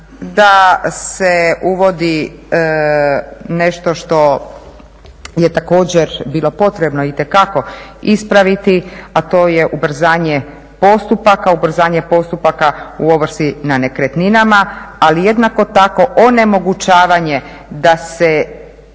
da se uvodi nešto što je također bilo potrebno itekako ispraviti, a to je ubrzanje postupaka u ovrsi na nekretninama. Ali jednako tako onemogućavanje da se